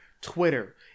Twitter